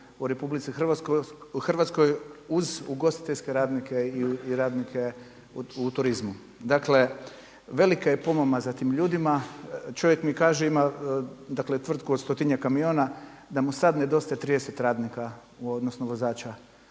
u RH uz ugostiteljske radnike i radnike u turizmu. Dakle, velika je pomama za tim ljudima, čovjek mi kaže ima tvrtku od stotinjak kamiona da mu sada nedostaje 30 radnika odnosno vozača